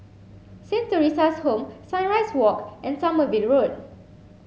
Saint Theresa's Home Sunrise Walk and Sommerville Road